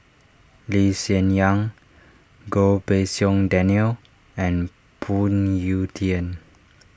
Lee Hsien Yang Goh Pei Siong Daniel and Phoon Yew Tien